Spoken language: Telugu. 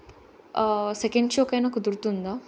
సెకండ్ షోకైనా కుదురుతుందా